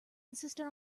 insisted